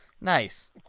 Nice